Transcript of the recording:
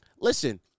Listen